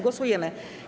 Głosujemy.